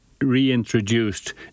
reintroduced